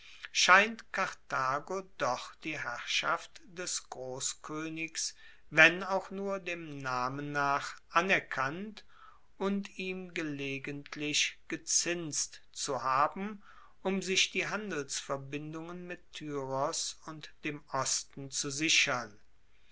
scheint karthago doch die herrschaft des grosskoenigs wenn auch nur dem namen nach anerkannt und ihm gelegentlich gezinst zu haben um sich die handelsverbindungen mit tyros und dem osten zu sichern